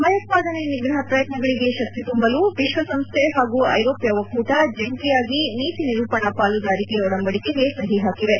ಭಯೋತ್ಪಾದನೆ ನಿಗ್ರಹ ಪ್ರಯತ್ನಗಳಿಗೆ ಶಕ್ತಿ ತುಂಬಲು ವಿಶ್ವಸಂಸ್ಥೆ ಹಾಗೂ ಐರೋಪ್ಯ ಒಕ್ಕೂಟ ಜಂಟಿಯಾಗಿ ನೀತಿ ನಿರೂಪಣಾ ಪಾಲುದಾರಿಕೆ ಒಡಂಬದಿಕೆಗೆ ಸಹಿ ಹಾಕಿವೆ